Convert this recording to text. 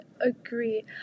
agree